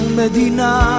medina